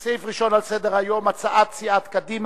חברי הכנסת, אני מתכבד לפתוח את ישיבת הכנסת מחדש.